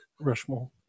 Rushmore